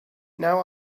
now